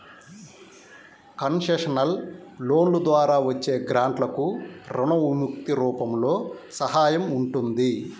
concessional లోన్ల ద్వారా వచ్చే గ్రాంట్లకు రుణ విముక్తి రూపంలో సహాయం ఉంటుంది